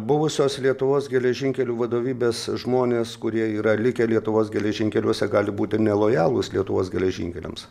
buvusios lietuvos geležinkelių vadovybės žmonės kurie yra likę lietuvos geležinkeliuose gali būti nelojalūs lietuvos geležinkeliams